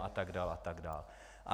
A tak dále a tak dále.